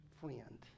friend